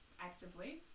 actively